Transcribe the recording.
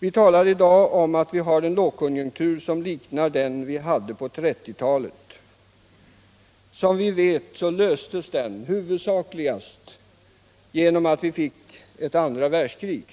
Det talas i dag om att vi nu har en lågkonjunktur som liknar 1930-talets. Som vi vet löstes den krisen huvudsakligen genom andra världskriget.